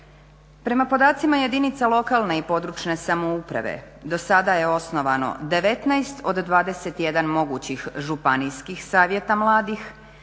Prema podacima jedinica lokalne i područne samouprave do sada je osnovano 19 od 21 mogućih županijskih savjeta mladih,